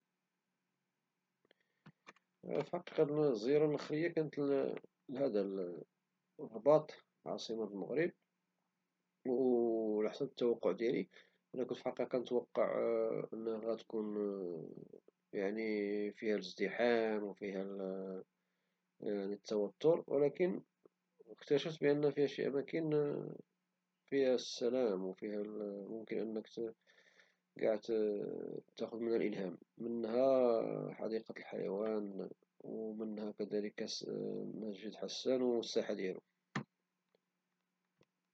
الزيارة الأخيرة كانت للرباط، العاصمة دالمغرب، وعلى حساب التوقع ديالي كنت كنتوقع أنها فيها الازدحام وفيها التوتر، ولكن اكتشفت بلي فيها شي نوع من السلام ، وممكن تأخذ منها الالهام، ومنها حديقة الحيوان ومنها كذلك مسجد حسان والساحة ديالو.